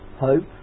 hope